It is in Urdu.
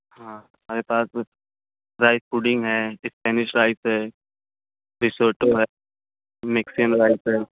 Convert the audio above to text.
ہاں ہمارے پاس رائس پوڈنگ ہے اسپینش رائس ہے پسوٹو ہے مکسیم رائس ہے